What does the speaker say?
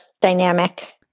dynamic